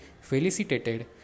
felicitated